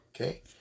Okay